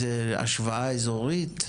יש איזו השוואה אזורית?